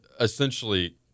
essentially